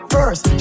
First